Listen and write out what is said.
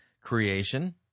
creation